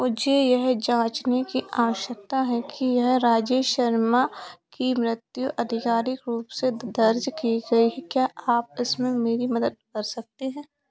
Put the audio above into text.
मुझे यह जाँचने की आवश्यकता है कि यह राजेश शर्मा की मृत्यु आधिकारिक रूप से दर्ज की गई है क्या आप इसमें मेरी मदद कर सकते है